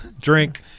Drink